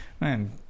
man